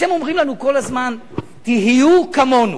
אתם אומרים לנו כל הזמן: תהיו כמונו,